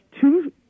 two